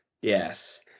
yes